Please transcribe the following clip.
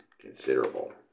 considerable